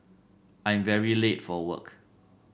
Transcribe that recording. I'm very late for work